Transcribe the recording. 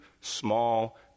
small